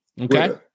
Okay